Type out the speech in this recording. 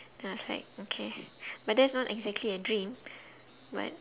then was like okay but that's not exactly a dream but